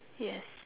yes